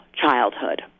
childhood